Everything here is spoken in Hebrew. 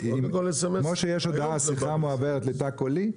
כמו שאומרים שהשיחה מועברת לתא קולי,